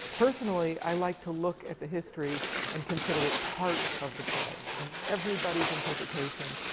personally, i like to look at the history and consider it part of the play, and everybody's interpretation,